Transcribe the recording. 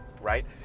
right